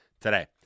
today